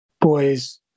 boys